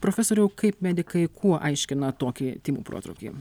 profesoriau kaip medikai kuo aiškina tokį tymų protrūkį